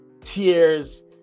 tears